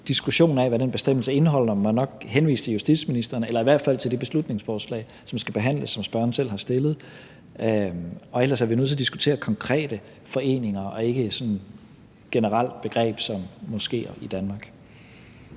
diskussion af, hvad den bestemmelse indeholder, må jeg nok henvise til justitsministeren eller i hvert fald til det beslutningsforslag, som skal behandles, og som spørgeren selv har fremsat. Og ellers er vi nødt til at diskutere konkrete foreninger og ikke sådan et generelt begreb som moskéer i Danmark.